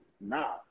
now